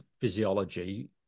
physiology